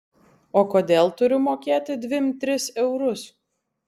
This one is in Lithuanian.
o kodėl turiu mokėti dvim tris eurus